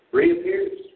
reappears